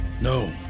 No